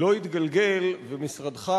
לא יתגלגל, ומשרדך